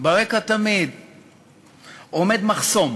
עומד מחסום